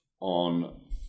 on